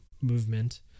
movement